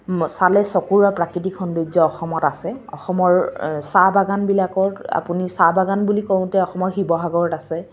চালে চকুৰ আৰু প্ৰাকৃতিক সৌন্দৰ্য অসমত আছে অসমৰ চাহ বাগানবিলাকৰ আপুনি চাহ বাগান বুলি কওঁতে অসমৰ শিৱসাগৰত আছে